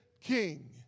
king